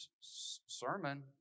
sermon